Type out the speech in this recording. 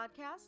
podcast